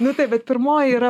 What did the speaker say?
nu taip bet pirmoji yra